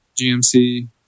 GMC